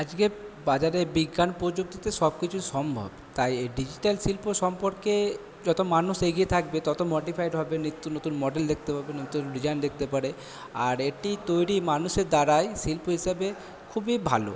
আজকে বাজারে বিজ্ঞান প্রযুক্তিতে সব কিছু সম্ভব তাই এই ডিজিটাল শিল্প সম্পর্কে যত মানুষ এগিয়ে থাকবে ততো মডিফাইড হবে নিত্য নতুন মডেল দেখতে পাবে নতুন ডিজাইন দেখতে পারে আর এটি তৈরি মানুষের দ্বারাই শিল্প হিসাবে খুবই ভালো